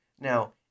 Now